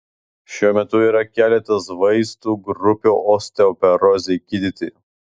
šiuo metu yra keletas vaistų grupių osteoporozei gydyti